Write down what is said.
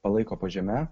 palaiko po žeme